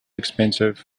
expensive